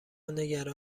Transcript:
نگران